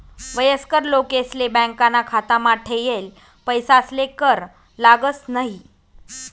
वयस्कर लोकेसले बॅकाना खातामा ठेयेल पैसासले कर लागस न्हयी